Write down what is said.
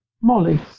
Molly